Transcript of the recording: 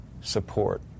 support